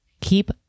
Keep